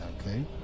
Okay